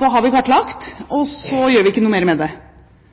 Så har vi kartlagt det, og så gjør vi ikke noe mer med det.